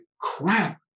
crap